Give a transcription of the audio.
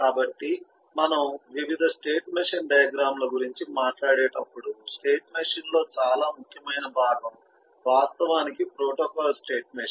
కాబట్టి మనం వివిధ స్టేట్ మెషీన్ డయాగ్రమ్ ల గురించి మాట్లాడేటప్పుడు స్టేట్ మెషీన్ లో చాలా ముఖ్యమైన భాగం వాస్తవానికి ప్రోటోకాల్ స్టేట్ మెషీన్